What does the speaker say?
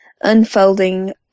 unfolding